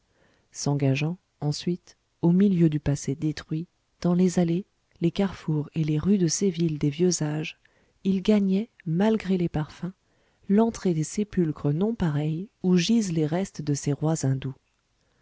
s'engageant ensuite au milieu du passé détruit dans les allées les carrefours et les rues de ces villes des vieux âges il gagnait malgré les parfums l'entrée des sépulcres non pareils où gisent les restes de ces rois hindous